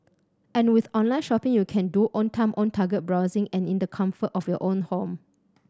and with online shopping you can do own time own target browsing and in the comfort of your own home